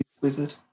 wizard